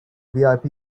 vip